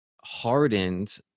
hardened